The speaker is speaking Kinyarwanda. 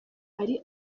ari